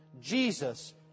Jesus